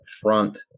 front